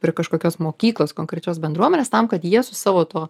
prie kažkokios mokyklos konkrečios bendruomenės tam kad jie savo to